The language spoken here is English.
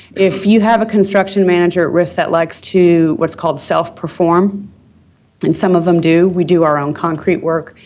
if you have a construction manager at risk that likes to what's called self-perform and some of them do. we do our own concrete work.